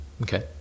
Okay